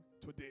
today